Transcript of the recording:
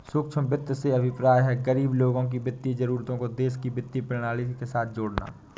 सूक्ष्म वित्त से अभिप्राय है, गरीब लोगों की वित्तीय जरूरतों को देश की वित्तीय प्रणाली के साथ जोड़ना